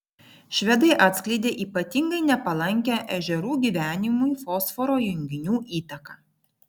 švedai atskleidė ypatingai nepalankią ežerų gyvenimui fosforo junginių įtaką